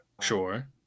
sure